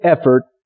effort